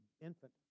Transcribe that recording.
infant